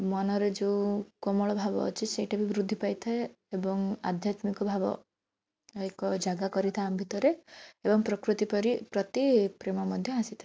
ମନରେ ଯେଉଁ କୋମଳ ଭାବ ଅଛି ସେଇଟା ବି ବୃଦ୍ଧି ପାଇଥାଏ ଏବଂ ଆଧ୍ୟାତ୍ମିକ ଭାବ ଏକ ଜାଗା କରିଥାଏ ଆମ ଭିତରେ ଏବଂ ପ୍ରକୃତି ପ୍ରତି ପ୍ରେମ ମଧ୍ୟ ଆସିଥାଏ